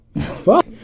Fuck